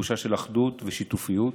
ותחושה של אחדות ושיתופיות,